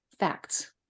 Facts